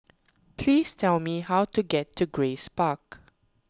please tell me how to get to Grace Park